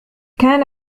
كان